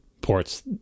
ports